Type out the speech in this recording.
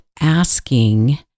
asking